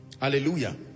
hallelujah